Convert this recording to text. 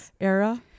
era